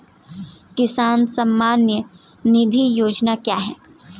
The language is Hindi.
किसान सम्मान निधि योजना क्या है?